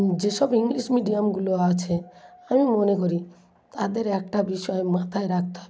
যে সব ইংলিশ মিডিয়ামগুলো আছে আমি মনে করি তাদের একটা বিষয় মাথায় রাখতে হবে